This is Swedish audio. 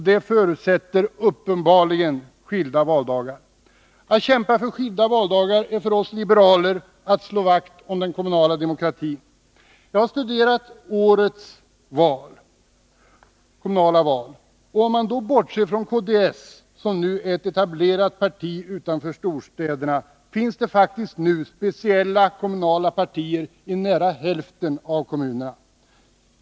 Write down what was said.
Det förutsätter uppenbarligen skilda valdagar. Att kämpa för skilda valdagar är för oss liberaler att slå vakt om den kommunala demokratin. Jag har studerat årets kommunala val. Om man bortser från kds, som nu är ett etablerat parti utanför storstäderna, finns det faktiskt i dag speciella kommunala partier i nära hälften av kommunerna.